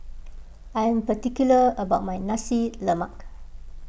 I am particular about my Nasi Lemak